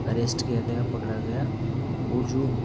arrest किया गया पकड़ा गया और जो